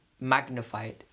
magnified